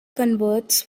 converts